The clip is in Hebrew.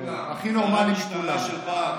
הכי נורמלי מכולם.